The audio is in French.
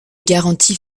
garanties